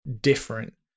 different